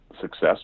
Success